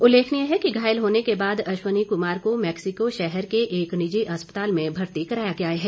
उल्लेखनीय है कि घायल होने के बाद अश्वनी कुमार को मैक्सिको शहर के एक निजी अस्पताल में भर्ती कराया गया है